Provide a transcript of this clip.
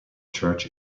church